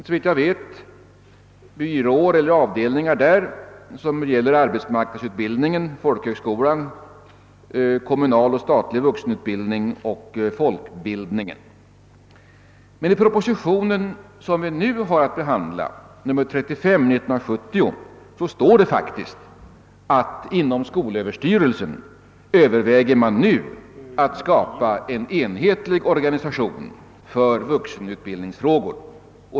Såvitt jag vet finns det i dag byråer eller avdelningar, som vuxenutbildning samt folkbildning. Men i den proposition som vi nu har att behandla, 35 år 1970, står det faktiskt att man inom skolöverstyrelsen nu överväger att skapa en enhetlig organisation för vuxenutbildningsfrågor.